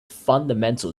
fundamental